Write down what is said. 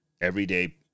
Everyday